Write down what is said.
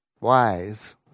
wise